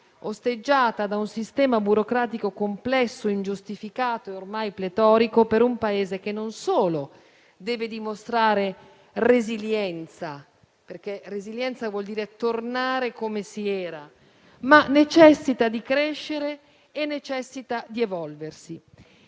osteggiata da un sistema burocratico complesso, ingiustificato e ormai pletorico per un Paese che non solo deve dimostrare resilienza - termine che vuol dire tornare come si era - ma necessita di crescere e di evolversi.